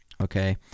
Okay